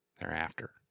thereafter